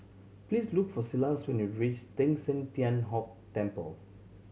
please look for Silas when you reach Teng San Tian Hock Temple